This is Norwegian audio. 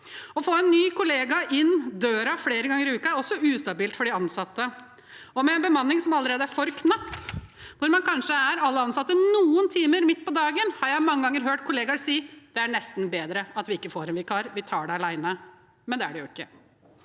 Å få en ny kollega inn døren flere ganger i uken er også ustabilt for de ansatte. Med en bemanning som allerede er for knapp, hvor man kanskje er alle ansatte noen timer midt på dagen, har jeg mange ganger hørt kollegaer si: Det er nesten bedre at vi ikke får en vikar, vi tar det alene. Men det er det jo ikke.